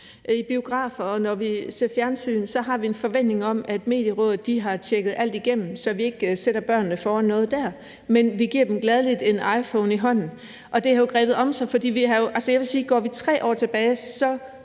I biografer, og når vi ser fjernsyn, har vi en forventning om, at Medierådet har tjekket alt igennem, så vi ikke sætter børnene foran noget der, men vi giver dem gladelig en iPhone i hånden. Og det har jo grebet om sig, for jeg vil sige, at går vi 3 år tilbage, så